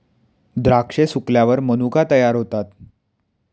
द्राक्षे सुकल्यावर मनुका तयार होतात